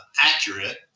accurate